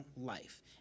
life